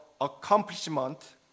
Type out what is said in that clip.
accomplishment